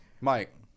Mike